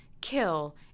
Kill